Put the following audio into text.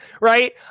right